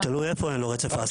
תלוי איפה אין לו רצף העסקה.